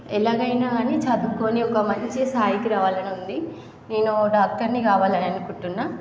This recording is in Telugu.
ఎలాగైనా అని చదువుకోని ఒక మంచి స్థాయికి రావాలని ఉంది నేను డాక్టర్ని కావాలని అనుకుంటున్నాను